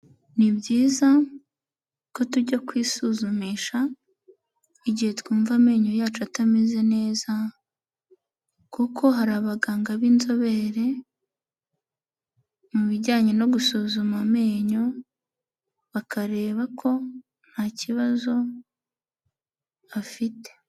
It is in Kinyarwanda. Ni byiza ko tujya kwisuzumisha igihe twumva amenyo yacu atameze neza kuko hari abaganga b'inzobere, mu bijyanye no gusuzuma amenyo bakareba ko nta kibazo afite.